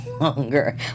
longer